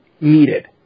needed